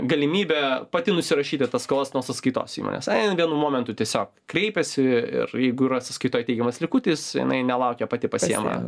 galimybę pati nusirašyti tas skolas nuo sąskaitos įmonės a jie vienu momentu tiesiog kreipėsi ir jeigu rasis kito teigiamas likutis jinai nelaukia pati pasiima